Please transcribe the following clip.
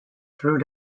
through